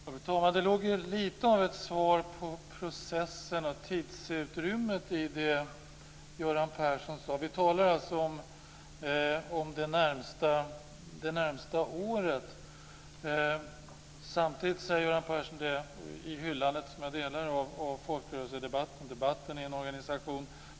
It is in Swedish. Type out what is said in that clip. Fru talman! Det låg lite av ett svar på frågan om processen och tidsutrymmet i det Göran Persson sade. Vi talar alltså om det närmaste året. Samtidigt hyllar Göran Persson folkrörelsedebatten, något som jag också gör, och debatten i en organisation.